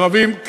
הערבים,